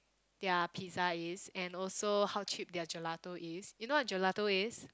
their pizza is and also how cheap their Gelato is you know what Gelato is